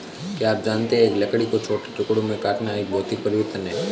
क्या आप जानते है लकड़ी को छोटे टुकड़ों में काटना एक भौतिक परिवर्तन है?